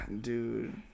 dude